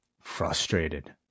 frustrated